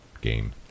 game